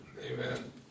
Amen